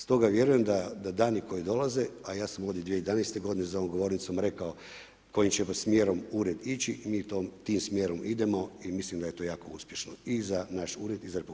Stoga vjerujem, da dani koji dolaze, a ja sam ovdje 2011. g. za ovom govornicom rekao kojim ćemo smjerom ured ići i mi tim smjerom idemo i mislim da je to jako uspješno i za naš ured i za RH.